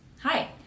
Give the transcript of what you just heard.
Hi